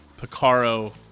picaro